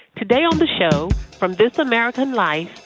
today on the show, from this american life,